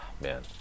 man